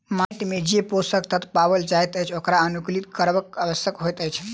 माइट मे जे पोषक तत्व पाओल जाइत अछि ओकरा अनुकुलित करब आवश्यक होइत अछि